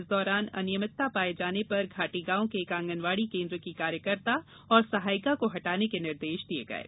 इस दारैना अनियमितता पाए जाने पर घाटीगांव के एक आंगनबाडी केन्द्र की कार्यकर्ता एवं सहायिका को हटाने के निर्देश दिए हैं